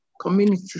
community